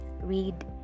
read